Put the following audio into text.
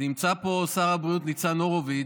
נמצא פה שר הבריאות ניצן הורוביץ.